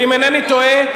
ואם אינני טועה,